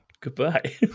Goodbye